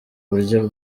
buryo